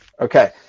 Okay